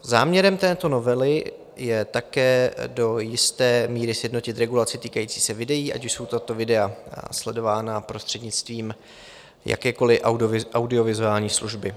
Záměrem této novely je také do jisté míry sjednotit regulaci týkající se videí, ať už jsou tato videa sledována prostřednictvím jakékoli audiovizuální služby.